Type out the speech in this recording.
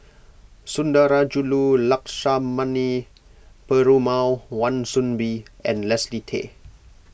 Sundarajulu Lakshmana Perumal Wan Soon Bee and Leslie Tay